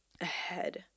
ahead